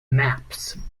maps